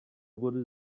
wurde